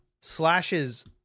slashes